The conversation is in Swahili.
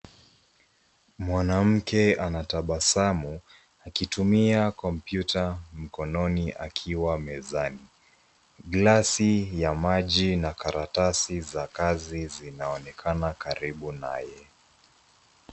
Mwanamke anatabasamu akitumia kompyuta mkononi akiwa mezani. Glasi ya maji na karatasi za kazi zinaonekana karibu naye.